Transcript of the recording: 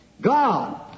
God